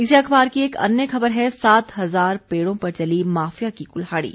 इसी अखबार की एक अन्य खबर है सात हजार पेड़ों पर चली माफिया की कुल्हाड़ी